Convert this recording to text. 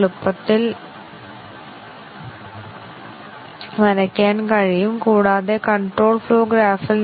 ഇപ്പോൾ ഇവ രണ്ടും ശരിയും തെറ്റും ആയി സൂക്ഷിക്കുന്നത് 10 ൽ കൂടുതൽ തെറ്റായി സജ്ജമാക്കും